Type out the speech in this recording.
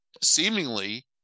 seemingly